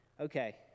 okay